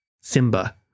Simba